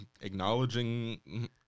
acknowledging